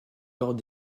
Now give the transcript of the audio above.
lors